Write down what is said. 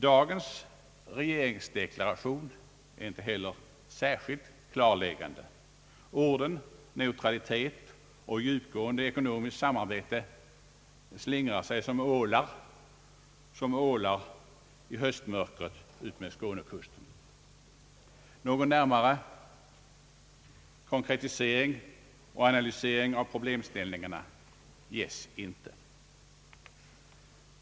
Dagens regeringsdeklaration är inte heller särskilt klarläggande. Orden neutralitet och djupgående ekonomiskt samarbete slingrar sig däri som ålar i höstmörkret utmed Skånekusten. Någon närmare konkretisering och analys av problemställningarna ges inte.